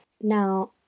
Now